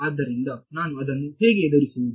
ಆದ್ದರಿಂದ ನಾನು ಅದನ್ನು ಹೇಗೆ ಎದುರಿಸುವುದು